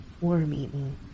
worm-eaten